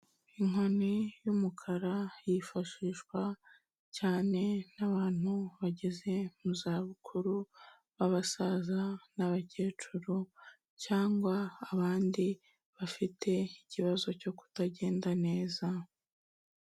Inkoni y'umukara yifashishwa cyane n'abantu bageze mu zabukuru b'abasaza n'abakecuru cyangwa abandi bafite ikibazo cyo kutagenda neza.